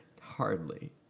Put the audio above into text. Hardly